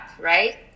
right